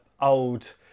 old